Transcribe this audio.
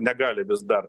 negali vis dar